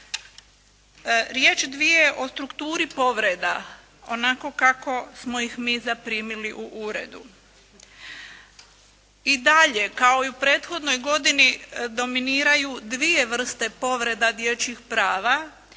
Riječ, dvije o strukturi povreda. Onako kako smo ih mi zaprimili u uredu. I dalje kao i u prethodnoj godini dominiraju dvije vrste povreda dječjih prava,